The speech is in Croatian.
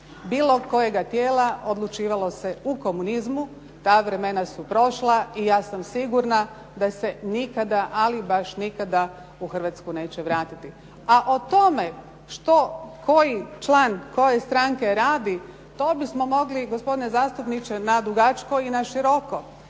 bilo kojega tijela odlučivalo se u komunizmu. Ta vremena su prošla i ja sam sigurna da se nikada, ali baš nikada u Hrvatsku neće vratiti. A o tome što koji član, koje stranke radi, to bismo mogli gospodine zastupniče nadugačko i naširoko.